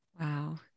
Wow